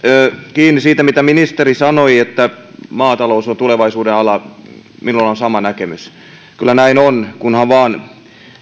kiinni siitä mitä ministeri sanoi että maatalous on tulevaisuuden ala minulla on sama näkemys kyllä näin on kunhan vaan